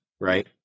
right